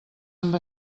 amb